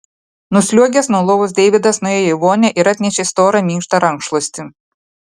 nusliuogęs nuo lovos deividas nuėjo į vonią ir atnešė storą minkštą rankšluostį